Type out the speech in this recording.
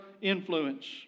influence